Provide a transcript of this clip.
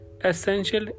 essential